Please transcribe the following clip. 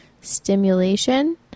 stimulation